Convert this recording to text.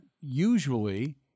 usually